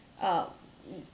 uh